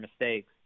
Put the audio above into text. mistakes